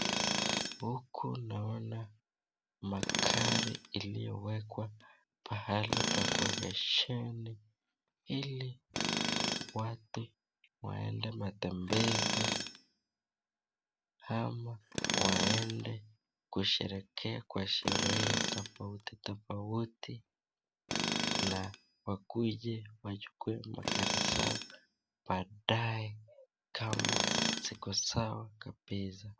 Huku naona magari iliyowekwa pahali pa ku hesheni, ili watu waende matembezi ama waende kusherehekea kwa sherehe tofautu tofauti na wakuje wachukue magari zao baadae kama ziko sawa kabisa.